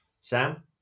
Sam